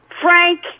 Frank